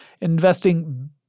investing